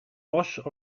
bosch